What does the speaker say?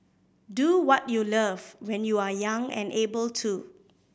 do what you love when you are young and able to